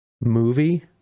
movie